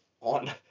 on